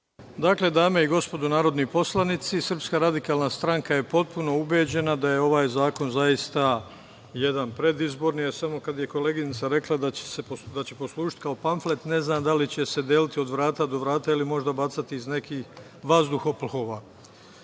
Dame i gospodo narodni poslanici, Srpska radikalna stranka je potpuno ubeđena da je ovaj zakon zaista jedan predizborni. Kad je koleginica rekla da će poslužiti kao pamflet, ne znam da li će se deliti od vrata do vrata ili možda bacati iz vazduhoplova.